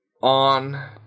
On